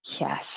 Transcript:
Yes